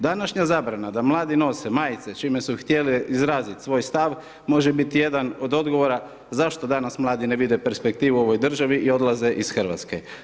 Današnja zabrana da mladi nose majice čime su htjeli izraziti svoj stav, može biti jedan od odgovora zašto danas mladi ne vide perspektivu u ovoj državi i odlaze iz Hrvatske.